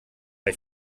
bei